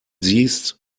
siehst